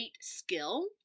skill